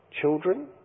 Children